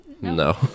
No